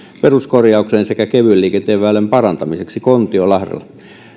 peruskorjaukseen sekä kevyen liikenteen väylän parantamiseksi kontiolahdella